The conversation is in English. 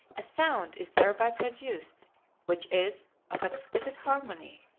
a sound is thereby produced which is of exquisite harmony,